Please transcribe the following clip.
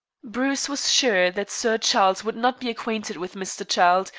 bruce was sure that sir charles would not be acquainted with mr. childe,